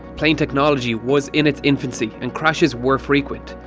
plane technology was in its infancy and crashes were frequent.